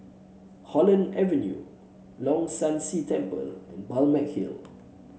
Holland Avenue Leong San See Temple and Balmeg Hill